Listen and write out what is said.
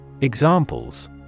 Examples